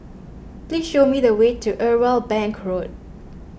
please show me the way to Irwell Bank Road